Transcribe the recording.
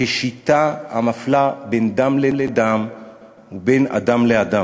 כשיטה המפלה בין דם לדם ובין אדם לאדם.